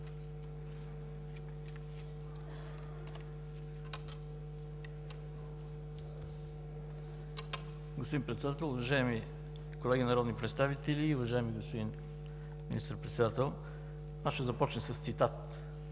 Господин Председател, уважаеми колеги народни представители, уважаеми господин Министър-председател! Аз ще започна с цитат,